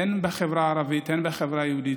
הן בחברה הערבית, הן בחברה היהודית.